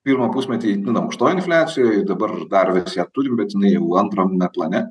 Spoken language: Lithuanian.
pirmą pusmetį itin ankštoj infliacijoj dabar dar vis ją turime bet jinai jau antrame plane